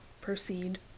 proceed